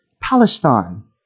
Palestine